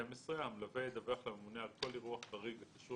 המלווה ידווח לממונה על כל אירוע חריג הקשור